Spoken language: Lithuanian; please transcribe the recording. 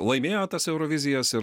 laimėjo tas eurovizijas ir